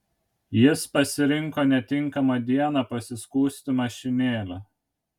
jis pasirinko netinkamą dieną pasiskųsti mašinėle